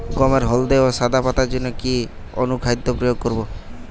গমের হলদে ও সাদা পাতার জন্য কি অনুখাদ্য প্রয়োগ করব?